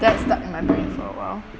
that stuck in my brain for awhile